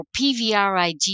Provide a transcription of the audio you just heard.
PVRIG